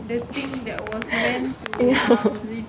eh